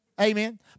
Amen